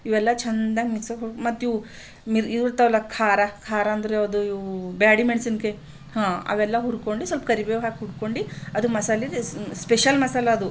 ಇವೆಲ್ಲ ಚೆಂದಾಗಿ ಮಿಕ್ಸ್ ಮತ್ತಿವು ಇವು ಇರ್ತಾವಲ್ಲ ಖಾರ ಖಾರ ಅಂದರದು ಬ್ಯಾಡ್ಗಿ ಮೆಣಸಿನ್ಕಾಯಿ ಹಾಂ ಅವೆಲ್ಲ ಹುರ್ಕೊಂಡು ಸ್ವಲ್ಪ ಕರಿಬೇವು ಹಾಕಿ ಹುರ್ಕೊಂಡು ಅದು ಮಸಾಲೆ ರೆಸ್ ಸ್ಪೆಷಲ್ ಮಸಾಲ ಅದು